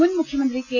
മുൻ മുഖ്യമന്ത്രി കെ